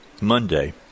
Monday